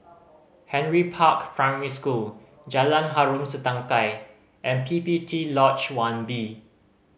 Henry Park Primary School Jalan Harom Setangkai and P P T Lodge One B